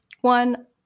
one